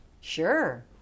Sure